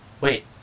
Wait